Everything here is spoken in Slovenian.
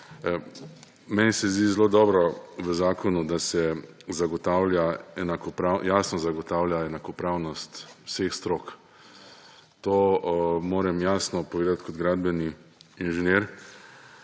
Meni se zdi zelo dobro v zakonu, da se jasno zagotavlja enakopravnost vseh strok. To moram jasno povedati kot gradbeni inženir,